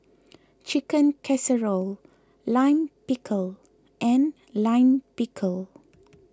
Chicken Casserole Lime Pickle and Lime Pickle